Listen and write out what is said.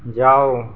जाओ